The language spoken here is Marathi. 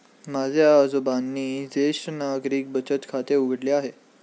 माझ्या आजोबांनी ज्येष्ठ नागरिक बचत खाते उघडले आहे